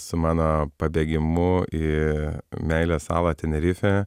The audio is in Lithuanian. su mano pabėgimu į meilės salą tenerife